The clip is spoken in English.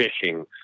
fishing